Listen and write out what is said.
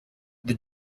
the